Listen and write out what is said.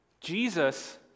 Jesus